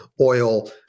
oil